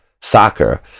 soccer